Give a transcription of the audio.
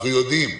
אנחנו יודעים.